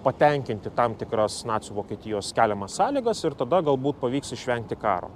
patenkinti tam tikras nacių vokietijos keliamas sąlygas ir tada galbūt pavyks išvengti karo